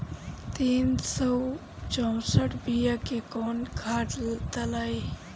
तीन सउ चउसठ बिया मे कौन खाद दलाई?